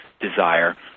desire